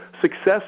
Success